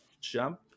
jump